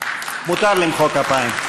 מותר למחוא כפיים.